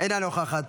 אינה נוכחת.